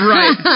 Right